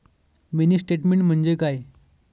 Mini statement म्हणजे काय?